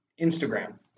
Instagram